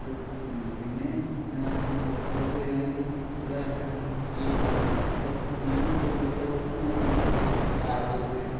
അത് പിന്നെ നമ്മള് പുറത്തോട്ട് വരുവാണെങ്കിൽ ഇവിടെ ഈ പുഴ ഇവിടെയിപ്പോൾ ഈ മെയിൻ ജലസ്രോതസ്സ് എന്ന് പറയുന്നത് ഭാരതപ്പുഴയാണ്